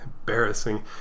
embarrassing